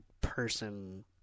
person